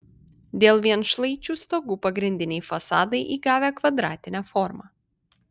dėl vienšlaičių stogų pagrindiniai fasadai įgavę kvadratinę formą